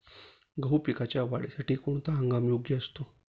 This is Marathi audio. गहू पिकाच्या वाढीसाठी कोणता हंगाम योग्य असतो?